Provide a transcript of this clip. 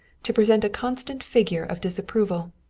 to present a constant figure of disapproval.